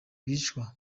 bicwa